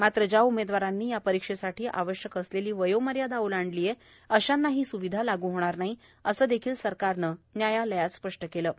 मात्र ज्या उमेदवारांनी या परीक्षेसाठी आवश्यक असलेली वयोमार्यादा ओलांडली आहे अशांना ही स्विधा लागू होणार नाही असे देखील सरकारनं न्यायालयात स्पष्टं केलं आहे